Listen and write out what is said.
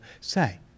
say